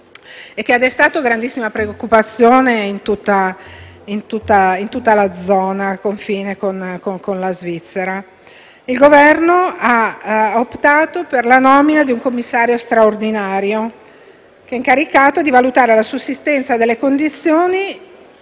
che ha destato grandissima preoccupazione in tutta la zona al confine con la Svizzera: il Governo ha optato per la nomina di un commissario straordinario, incaricato di valutare la sussistenza delle condizioni